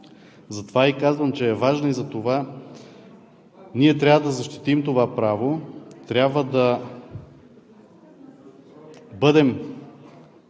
Затова и казвам, че е важна, затова ние трябва да защитим това право, трябва да бъдем